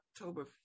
October